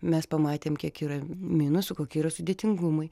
mes pamatėm kiek yra minusų kokie yra sudėtingumai